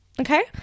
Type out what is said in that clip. okay